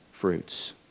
fruits